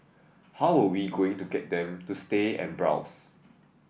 how we going to get them to stay and browse